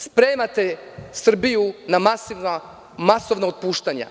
Spremate Srbiju na masovna otpuštanja.